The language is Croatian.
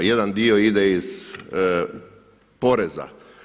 Jedan dio ide iz poreza.